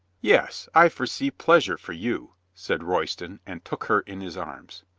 yes, i foresee pleasure for you, said royston and took her in his arms.